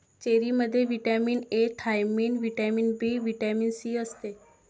चेरीमध्ये vitamin A, thiamine, vitamin B, vitamin C असते